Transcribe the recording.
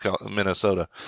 Minnesota